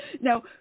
Now